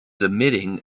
emitting